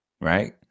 right